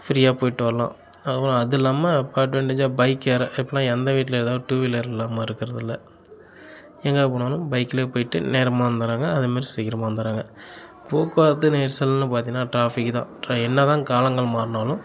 ஃப்ரீயாக போயிட்டு வரலாம் அப்புறம் அது இல்லாமல் இப்போ அட்வாண்டேஜ்ஜாக பைக் வேறு இப்போல்லாம் எந்த வீட்டில் எல்லோரும் டூவீலர் இல்லாமல் இருக்கறதில்லை எங்கே போனாலும் பைக்கில் போயிட்டு நேரமாக வந்துடறாங்க அதே மாதிரி சீக்கிரமா வந்துறாங்க போக்குவரத்து நெரிசல்னு பார்த்தின்னா டிராஃபிக்கு தான் ட்ரை என்ன தான் காலங்கள் மாறினாலும்